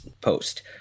post